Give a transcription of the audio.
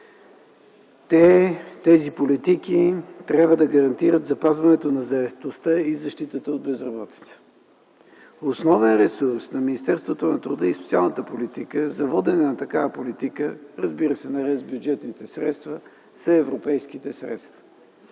Тези политики трябва да гарантират запазването на заетостта и защитата от безработица. Основен ресурс на Министерството на труда и социалната политика за водене на такава политика, разбира се, наред с бюджетните средства, са европейските средства.